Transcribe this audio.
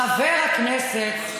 חבר הכנסת,